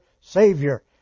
Savior